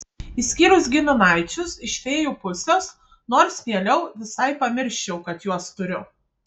išskyrus giminaičius iš fėjų pusės nors mieliau visai pamirščiau kad juos turiu